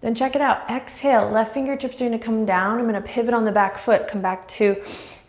then check it out. exhale, left fingertips are gonna come down. i'm gonna pivot on the back foot. come back to